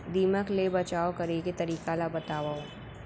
दीमक ले बचाव करे के तरीका ला बतावव?